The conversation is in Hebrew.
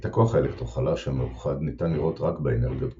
את הכוח האלקטרו-חלש המאוחד ניתן לראות רק באנרגיות גבוהות,